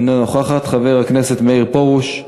אינה נוכחת, חבר הכנסת מאיר פרוש,